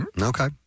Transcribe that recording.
Okay